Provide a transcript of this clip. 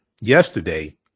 yesterday